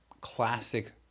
classic